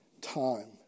time